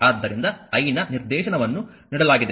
ಆದ್ದರಿಂದ I ನ ನಿರ್ದೇಶನವನ್ನು ನೀಡಲಾಗಿದೆ